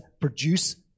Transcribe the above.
produce